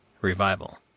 revival